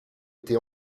été